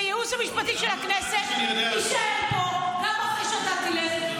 והייעוץ המשפטי של הכנסת יישאר פה גם אחרי שאתה תלך,